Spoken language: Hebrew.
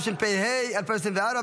התשפ"ה 2024,